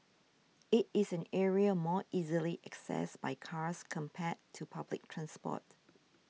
it is an area more easily accessed by cars compared to public transport